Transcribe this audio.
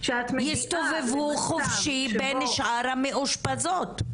יסתובב חופשי בין שאר המאושפזות?